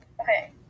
Okay